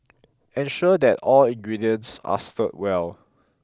ensure that all ingredients are stirred well